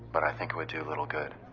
but i think it would do little good,